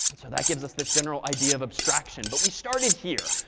so that gives us this general idea of abstraction. but we started here.